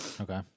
Okay